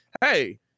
Hey